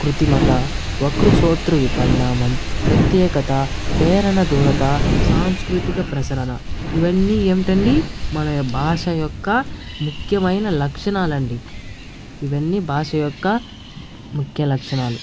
కృతిమత వక్రు సొత్రు పరిణామం ప్రత్యేకత పేరణ దొరత సాంస్కృతిక ప్రసరణ ఇవన్నీ ఏమిటండి మన భాష యొక్క ముఖ్యమైన లక్షణాలండి ఇవన్నీ భాష యొక్క ముఖ్య లక్షణాలు